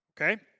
okay